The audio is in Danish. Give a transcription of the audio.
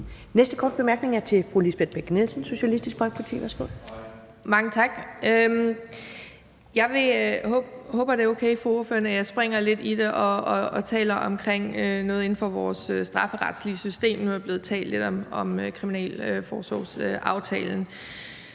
Næste korte bemærkning er til fru Lisbeth Bech-Nielsen, Socialistisk Folkeparti. Værsgo. Kl. 11:31 Lisbeth Bech-Nielsen (SF): Mange tak. Jeg håber, det er okay for ordføreren, at jeg springer lidt i det og taler lidt om noget inden for vores strafferetlige system. Nu er der blevet talt lidt om kriminalforsorgsaftalen.